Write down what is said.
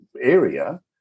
area